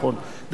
דרך אגב,